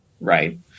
Right